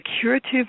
curative